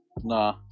Nah